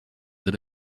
that